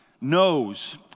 knows